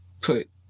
put